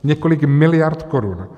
Několik miliard korun.